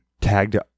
tagged